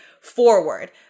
forward